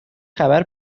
خبر